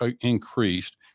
increased